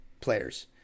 players